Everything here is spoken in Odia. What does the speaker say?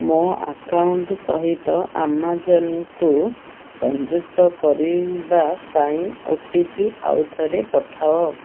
ମୋ ଆକାଉଣ୍ଟ ସହିତ ଆମାଜନ୍କୁ ସଂଯୁକ୍ତ କରିବା ପାଇଁ ଓ ଟି ପି ଆଉ ଥରେ ପଠାଅ